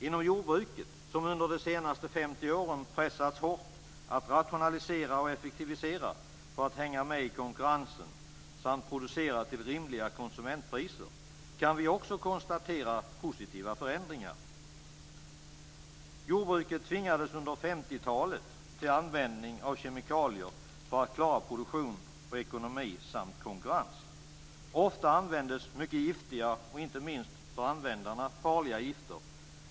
Inom jordbruket, som under de senaste 50 åren pressats hårt att rationalisera och effektivisera för att hänga med i konkurrensen samt producera till rimliga konsumentpriser, kan vi också konstatera positiva förändringar. Jordbruket tvingades under 50-talet till användning av kemikalier för att klara produktion och ekonomi samt konkurrens. Ofta användes mycket giftiga och inte minst för användarna farliga gifter.